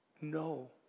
No